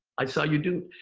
i saw you do it,